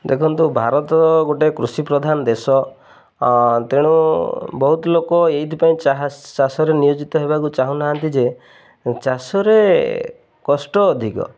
ଦେଖନ୍ତୁ ଭାରତ ଗୋଟେ କୃଷିପ୍ରଧାନ ଦେଶ ତେଣୁ ବହୁତ ଲୋକ ଏଇଥିପାଇଁ ଚାଷ ରେ ନିୟୋଜିତ ହେବାକୁ ଚାହୁଁନାହାନ୍ତି ଯେ ଚାଷରେ କଷ୍ଟ ଅଧିକ